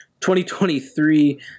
2023